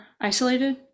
isolated